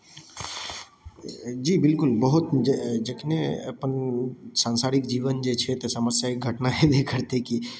जी बिल्कुल बहुत ज जखने अपन सांसारिक जीवन जे छै तऽ समस्यायिक घटना हेबे करतै कि